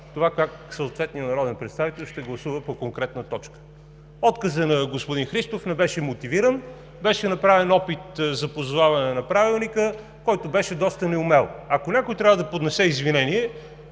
това как съответният народен представител ще гласува по конкретна точка. Отказът на господин Христов не беше мотивиран, беше направен доста неумел опит за позоваване на Правилника. Ако някой трябва да поднесе извинение,